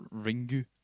Ringu